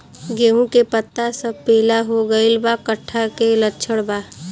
गेहूं के पता सब पीला हो गइल बा कट्ठा के लक्षण बा?